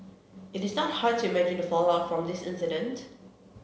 it is not hard to imagine the fallout from this incident